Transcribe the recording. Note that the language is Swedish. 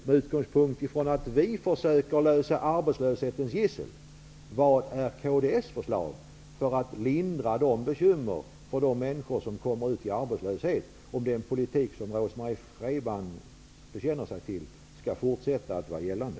Med utgångspunkt i att vi försöker åtgärda arbetslöshetens gissel, hur menar kds att vi skall lindra bekymren för de människor som kommer ut i arbetslöshet om den politik som Rose-Marie Frebran bekänner sig till skall fortsätta att vara gällande?